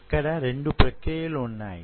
ఇక్కడ రెండు ప్రక్రియలు వున్నాయి